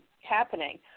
happening